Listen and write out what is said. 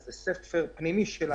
זה ספר פנימי שלנו.